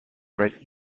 great